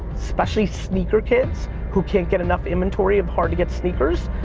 especially sneaker kids who can't get enough inventory of hard to get sneakers.